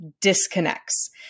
disconnects